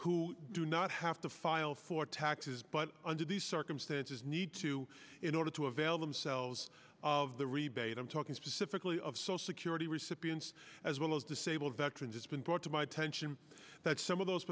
who do not have to file for taxes but under these circumstances need to in order to avail themselves of the rebate i'm talking specifically of social security recipients as well as disabled veterans it's been brought to my attention that some of those